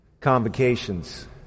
convocations